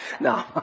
No